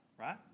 right